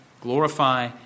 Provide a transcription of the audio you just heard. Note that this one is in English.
glorify